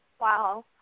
Wow